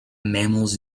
mammals